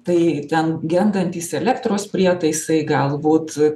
tai ten gendantys elektros prietaisai galbūt